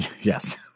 Yes